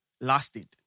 lasted